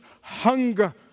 hunger